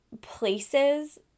places